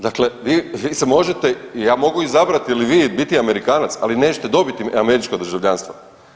Dakle, vi se možete i ja mogu izabrati ili vi biti Amerikanac, ali nećete dobiti američko državljanstvo.